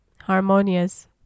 harmonious